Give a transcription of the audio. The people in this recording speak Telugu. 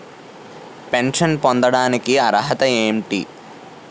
పెన్షన్ పొందడానికి అర్హత ఏంటి?